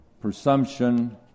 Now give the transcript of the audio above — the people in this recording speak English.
presumption